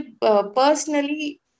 personally